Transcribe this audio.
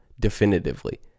definitively